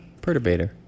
Perturbator